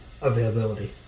availability